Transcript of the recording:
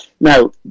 Now